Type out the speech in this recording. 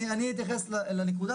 אני אתייחס לנקודה,